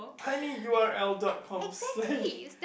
tiny U_R_L dot com slash